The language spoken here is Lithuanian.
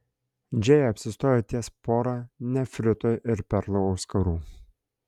džėja apsistojo ties pora nefrito ir perlų auskarų